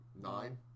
nine